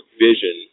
vision